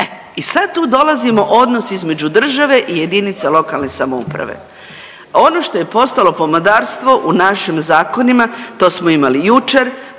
i sad tu dolazimo odnos između države i jedinice lokalne samouprave. Ono što je postalo pomodarstvo u našim zakonima, to smo imali jučer,